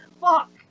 fuck